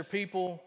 people